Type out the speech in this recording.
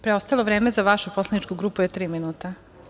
Preostalo vreme za vašu poslaničku grupu je tri minuta.